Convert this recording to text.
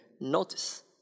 notice